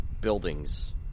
buildings